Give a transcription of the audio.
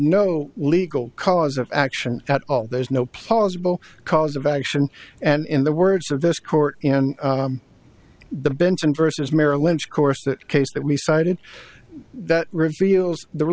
no legal cause of action at all there's no plausible cause of action and in the words of this court and the bench and vs merrill lynch course that case that we cited that reveals the